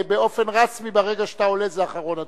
באופן רשמי, ברגע שאתה עולה, זה אחרון הדוברים.